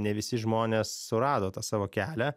ne visi žmonės surado tą savo kelią